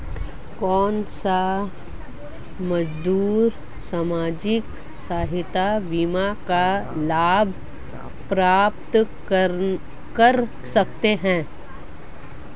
कौनसे मजदूर सामाजिक सहायता बीमा का लाभ प्राप्त कर सकते हैं?